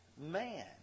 man